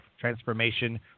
Transformation